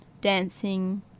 dancing